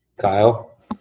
Kyle